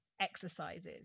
exercises